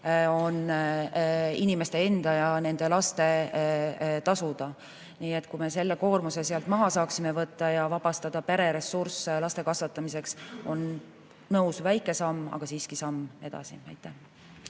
on inimeste enda ja nende laste tasuda. Nii et kui me selle koormuse sealt maha saaksime võtta ja vabastada pere ressursse laste kasvatamiseks, on, nõus, väike samm, aga siiski samm edasi.